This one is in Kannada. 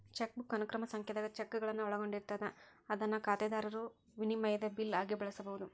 ಚೆಕ್ಬುಕ್ ಅನುಕ್ರಮ ಸಂಖ್ಯಾದಾಗ ಚೆಕ್ಗಳನ್ನ ಒಳಗೊಂಡಿರ್ತದ ಅದನ್ನ ಖಾತೆದಾರರು ವಿನಿಮಯದ ಬಿಲ್ ಆಗಿ ಬಳಸಬಹುದು